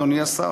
אדוני השר.